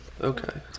Okay